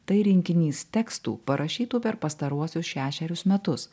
tai rinkinys tekstų parašytų per pastaruosius šešerius metus